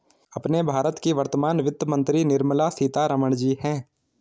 अपने भारत की वर्तमान वित्त मंत्री निर्मला सीतारमण जी हैं